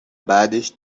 بعدش